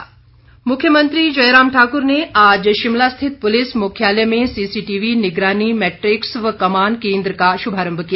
मुख्यमंत्री मुख्यमंत्री जयराम ठाक़्र ने आज शिमला रिथित पुलिस मुख्यालय में सीसीटीवी निगरानी मैट्रिक्स व कमान केंद्र का शुभारम्भ किया